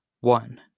one